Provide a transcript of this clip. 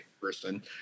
person